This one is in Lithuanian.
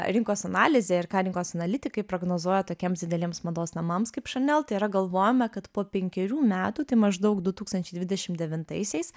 rinkos analizę ir ką rinkos analitikai prognozuoja tokiems dideliems mados namams kaip chanel tai yra galvojama kad po penkerių metų tai maždaug du tūkstančiai dvidešimt devintaisiais